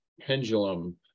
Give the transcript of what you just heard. pendulum